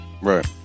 Right